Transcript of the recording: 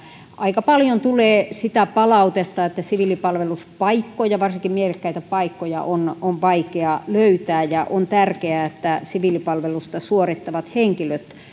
aika paljon tulee sitä palautetta että siviilipalveluspaikkoja varsinkin mielekkäitä paikkoja on on vaikea löytää ja on tärkeää että myös siviilipalvelusta suorittavat henkilöt